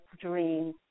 dream